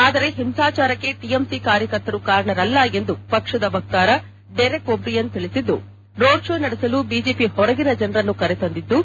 ಆದರೆ ಹಿಂಸಾಚಾರಕ್ಕೆ ಟಿಎಂಸಿ ಕಾರ್ಯಕರ್ತರು ಕಾರಣರಲ್ಲ ಎಂದು ಪಕ್ಷದ ವಕ್ತಾರ ಡೆರೇಕ್ ಒಬ್ರಿಯನ್ ತಿಳಿಸಿದ್ದು ರೋಡ್ ಶೋ ನಡೆಸಲು ಬಿಜೆಪಿ ಹೊರಗಿನ ಜನರನ್ನು ಕರೆತಂದಿದ್ದು